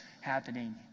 happening